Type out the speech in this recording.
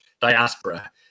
diaspora